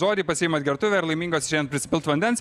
žodį pasiimat gertuvę ir laimingos išeinat prisipilt vandens